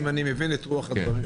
אם אני מבין את רוח הדברים.